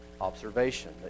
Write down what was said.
observation